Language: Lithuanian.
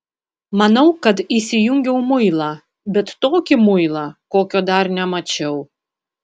manau kad įsijungiau muilą bet tokį muilą kokio dar nemačiau